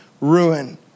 ruin